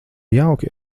jauki